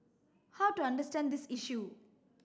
how to understand this issue